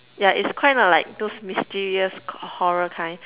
yeah it's kind of like those mysterious horror kind